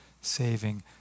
saving